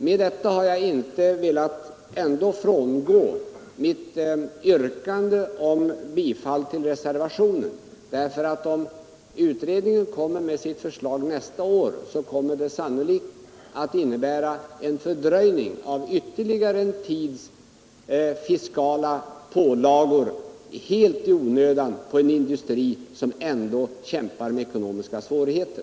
Med det anförda har jag emellertid ändå inte velat frångå mitt yrkande om bifall till reservationen, ty om utredningen lägger fram sitt förslag nästa år kommer det sannolikt att innebära en fördröjning och ytterligare en tids fiskala pålagor helt i onödan för en industri, som ändå kämpar med ekonomiska svårigheter.